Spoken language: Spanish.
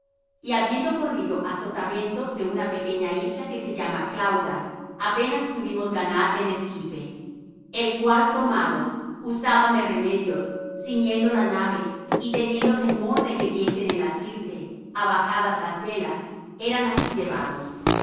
y habiendo corrido á sotavento de una pequeña isla que se llama clauda apenas pudimos ganar el esquife el cual tomado usaban de remedios ciñendo la nave y teniendo temor de que diesen en la sirte abajadas las velas eran así llevados